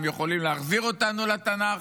הם יכולים להחזיר אותנו לתנ"ך,